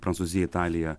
prancūzija italija